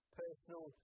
personal